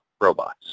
robots